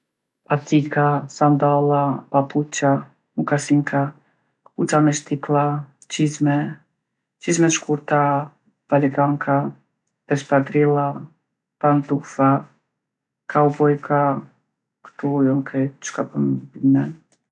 Patika, sandalla, papuça, mukasinka, kpuca me shtiklla, çimze, çizme t'shkurta, baletanka, espadrilla, pandufa, kaubojka. Kto jon krejt cka po m'bijn n'men.